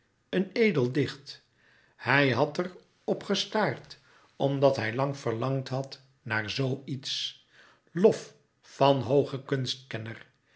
een edel dicht hij had er op gestaard omdat hij lang verlangd had naar zoo iets lof van hoogen